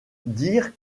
dire